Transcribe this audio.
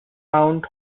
mount